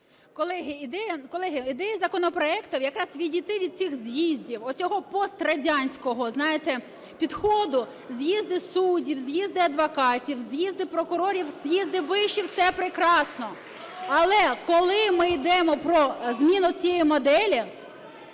Колеги, ідея законопроекту якраз відійти від цих з'їздів, оцього пострадянського, знаєте, підходу: з'їзди суддів, з'їзди адвокатів, з'їзди прокурорів, з'їзди вишів – це прекрасно. Але коли ми йдемо про зміну цієї моделі,